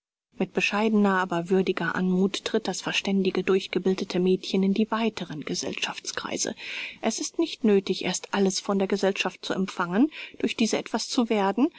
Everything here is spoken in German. mit bescheidener aber würdiger anmuth tritt das verständige durchgebildete mädchen in die weiteren gesellschaftskreise es hat nicht nöthig erst alles von der gesellschaft zu empfangen durch diese etwas zu werden